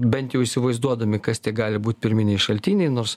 bent jau įsivaizduodami kas tai gali būt pirminiai šaltiniai nors